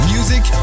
Music